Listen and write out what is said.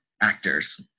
actors